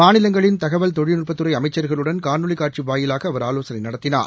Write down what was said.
மாநிலங்களின் தகவல் தொழில்நுட்பத்துறை அமைச்சர்களுடன் காணொலி காட்சி வாயிலாக அவர் ஆலோசனை நடத்தினார்